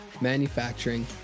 manufacturing